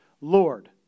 Lord